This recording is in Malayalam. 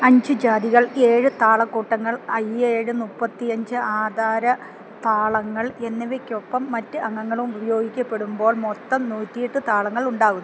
അഞ്ച് ജാതികൾ ഏഴ് താളക്കൂട്ടങ്ങൾ അയ്യേഴ് മുപ്പത്തി അഞ്ച് ആധാര താളങ്ങൾ എന്നിവയ്ക്കൊപ്പം മറ്റ് അംഗങ്ങളും ഉപയോഗിക്കപ്പെടുമ്പോൾ മൊത്തം നൂറ്റി എട്ട് താളങ്ങൾ ഉണ്ടാകുന്നു